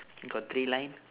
got three line